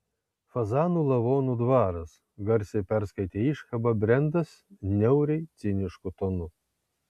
fazanų lavonų dvaras garsiai perskaitė iškabą brendas niauriai cinišku tonu